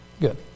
Good